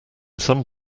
some